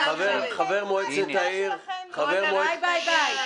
--------- ביי ביי.